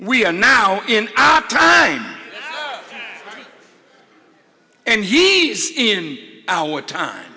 we are now in our time and here in our time